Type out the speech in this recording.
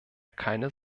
keine